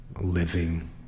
living